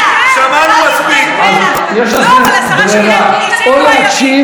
אז יש לכם ברירה, או להקשיב או לשבת בחוץ.